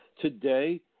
Today